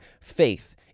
faith